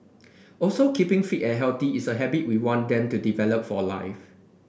also keeping fit and healthy is a habit we want them to develop for life